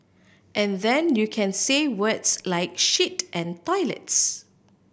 and then you can say words like shit and toilets